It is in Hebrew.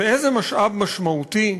ואיזה משאב משמעותי,